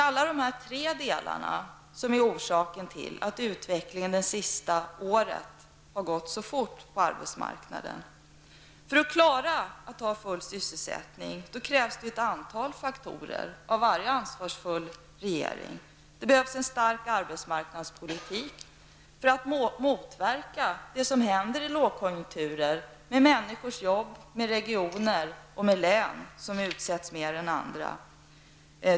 Alla de tre delarna är orsak till att utvecklingen det senaste året har gått så fort på arbetsmarknaden. För att klara full sysselsättning krävs det ett antal faktorer av varje ansvarsfull regering. Det behövs en stark arbetsmarknadspolitik för att motverka det som händer i lågkonjunkturer med människors jobb, med regioner och med län som utsätts mer än andra.